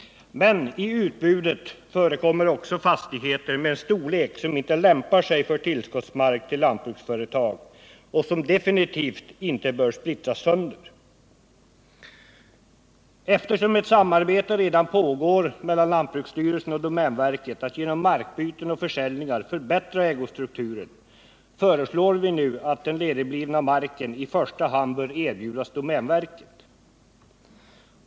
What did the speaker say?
Men i utbudet förekommer också fastigheter med en storlek som inte lämpar sig för tillskottsmark till lantbruksföretag och som definitivt inte bör splittras sönder. Eftersom ett samarbete redan pågår mellan lantbruksstyrelsen och domänverket för att genom markbyten och försäljningar förbättra ägostrukturen, föreslår vi att den nu ledigblivna marken i första hand bör erbjudas domänverket.